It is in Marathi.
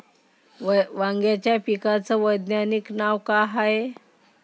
वांग्याच्या पिकाचं वैज्ञानिक नाव का हाये?